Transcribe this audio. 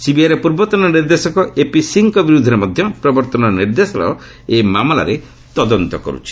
ସିବିଆଇର ପୂର୍ବତନ ନିର୍ଦ୍ଦେଶକ ଏପିସିଂହଙ୍କ ବିରୁଦ୍ଧରେ ମଧ୍ୟ ପ୍ରବର୍ତ୍ତନ ନିର୍ଦ୍ଦେଶାଳୟ ଏହି ମାମଲାରେ ତଦନ୍ତ କର୍ ଛି